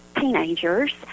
teenagers